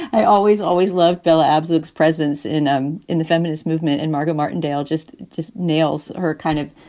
i always, always loved bella abzug presence in um in the feminist movement. and margo martindale just just nails her kind of,